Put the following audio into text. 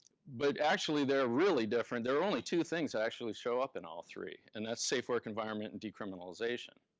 but actually, they're really different. there are only two things that actually show up in all three, and that's safe work environment and decriminalization.